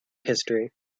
history